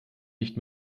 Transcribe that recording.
nicht